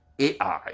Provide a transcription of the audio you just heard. Ai